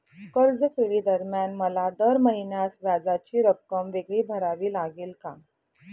कर्जफेडीदरम्यान मला दर महिन्यास व्याजाची रक्कम वेगळी भरावी लागेल का?